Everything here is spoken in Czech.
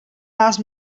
nás